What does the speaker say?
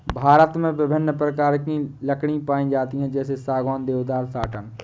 भारत में विभिन्न प्रकार की लकड़ी पाई जाती है जैसे सागौन, देवदार, साटन